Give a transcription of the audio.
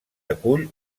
acull